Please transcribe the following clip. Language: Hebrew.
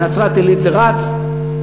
בנצרת-עילית זה רץ.